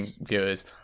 viewers